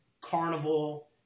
Carnival